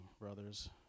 brothers